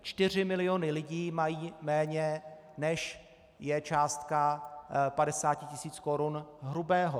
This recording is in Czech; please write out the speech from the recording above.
Čtyři miliony lidí mají méně, než je částka 50 tisíc korun hrubého.